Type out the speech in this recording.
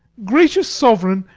gracious sovereign,